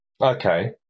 Okay